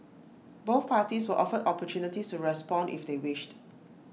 both parties were offered opportunities to respond if they wished